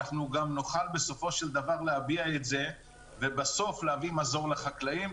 נוכל בסופו של דבר להביע את זה ובסוף להביא מזור לחקלאים.